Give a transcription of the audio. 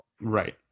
Right